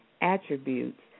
attributes